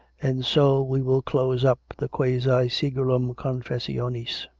and so we will close up the quasi-sigillum confessionis.